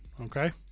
Okay